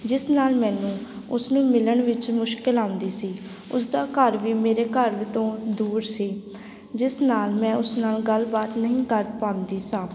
ਜਿਸ ਨਾਲ ਮੈਨੂੰ ਉਸਨੂੰ ਮਿਲਣ ਵਿੱਚ ਮੁਸ਼ਕਲ ਆਉਂਦੀ ਸੀ ਉਸਦਾ ਘਰ ਵੀ ਮੇਰੇ ਘਰ ਵੀ ਤੋਂ ਦੂਰ ਸੀ ਜਿਸ ਨਾਲ ਮੈਂ ਉਸ ਨਾਲ ਗੱਲਬਾਤ ਨਹੀਂ ਕਰ ਪਾਉਂਦੀ ਸਾਂ